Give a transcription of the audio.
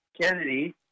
Kennedy